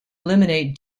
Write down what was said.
eliminate